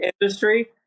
industry